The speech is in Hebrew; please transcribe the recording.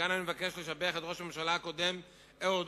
כאן אני מבקש לשבח את ראש הממשלה הקודם אהוד